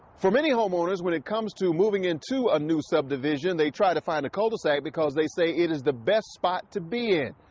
for many homeowners, when it comes to moving into a new subdivision, they try to find a cul-de-sac because they say it is the best spot to be in.